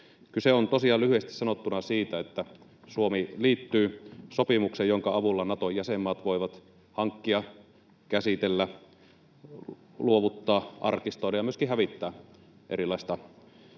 Kyse on tosiaan lyhyesti sanottuna siitä, että Suomi liittyy sopimukseen, jonka avulla Naton jäsenmaat voivat hankkia, käsitellä, luovuttaa, arkistoida ja myöskin hävittää erilaista Naton